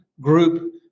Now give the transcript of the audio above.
group